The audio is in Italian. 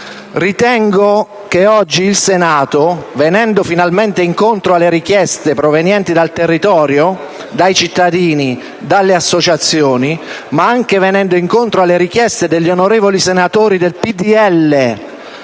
Ritengo che oggi il Senato, venendo finalmente incontro alle richieste provenienti dal territorio, dai cittadini e dalle associazioni, ma anche venendo incontro alle richieste degli onorevoli senatori del PdL